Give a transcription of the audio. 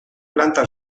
planta